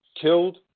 killed